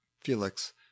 felix